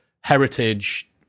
heritage